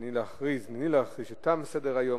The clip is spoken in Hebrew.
הנני להכריז שתם סדר-היום.